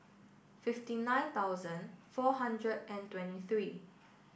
fifty nine thousand four hundred and twenty three